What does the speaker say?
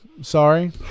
Sorry